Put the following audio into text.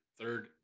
third